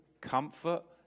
comfort